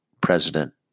President